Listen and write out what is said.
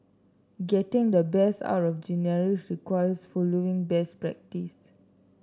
getting the best out of requires following best practice